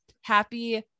happy